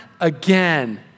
again